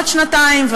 עוד שנתיים,